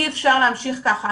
אי אפשר להמשיך ככה.